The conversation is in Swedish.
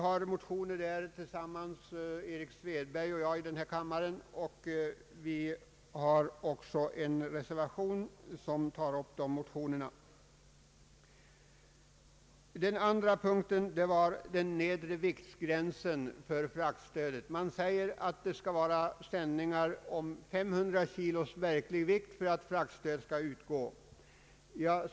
Herr Erik Svedberg och jag har en gemensam motion i denna kammare, som följts upp av en reservation. Ett annat problem är den nedre viktgränsen för fraktstöd. Sändningarna måste ha 500 kg verklig vikt för att fraktstöd skall utgå.